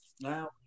Now